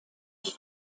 ich